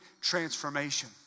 transformation